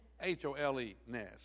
H-O-L-E-ness